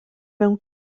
mewn